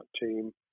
team